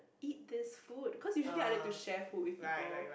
eat this food cause usually I'll like to share food with people